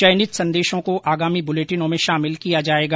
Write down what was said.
चयनित संदेशों को आगामी बुलेटिनों में शामिल किया जाएगा